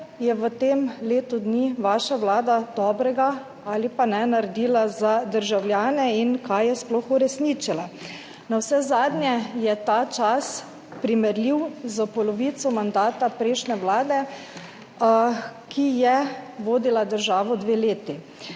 je v tem letu dni vaša vlada dobrega, ali pa ne, naredila za državljane in kaj je sploh uresničila. Navsezadnje je ta čas primerljiv s polovico mandata prejšnje vlade, ki je vodila državo dve leti.